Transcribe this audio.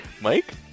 Mike